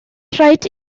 raid